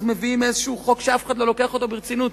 מביאים חוק שאף אחד לא לוקח אותו ברצינות.